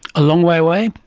a long way away?